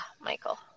Michael